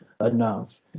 enough